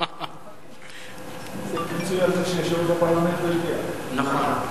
פיצוי על זה, נכון.